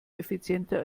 effizienter